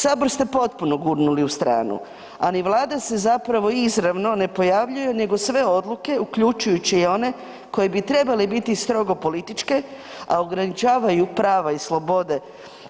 Sabor ste potpuno gurnuli u stranu, a ni Vlada se zapravo izravno ne pojavljuje nego sve odluke uključujući i one koje bi trebale biti strogo političke, a ograničavaju prava i slobode